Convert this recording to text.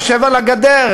יושב על הגדר,